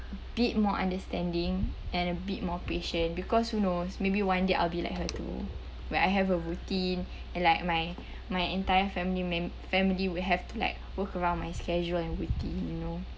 a bit more understanding and a bit more patient because who knows maybe one day I'll be like her to where I have a routine and like my my entire family mem~ my family will have to like work around my schedule and everything you know